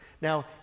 Now